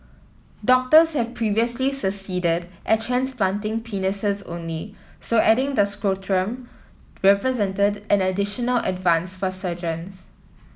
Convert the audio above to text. doctors have previously succeeded at transplanting penises only so adding the scrotum represented an additional advance for surgeons